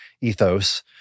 ethos